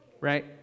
right